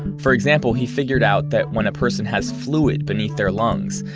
for example, he figured out that when a person has fluid beneath their lungs,